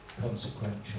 consequential